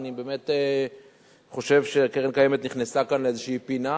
אני באמת חושב שהקרן הקיימת נכנסה כאן לאיזו פינה,